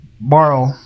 borrow